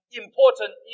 important